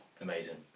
Amazing